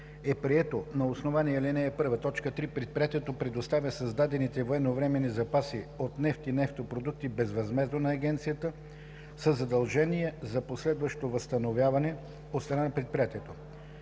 прието на основание ал. 1, т. 3 предприятието предоставя създадените военновременни запаси от нефт и нефтопродукти безвъзмездно на агенцията със задължение за последващо възстановяване от страна на предприятието.“